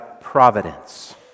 providence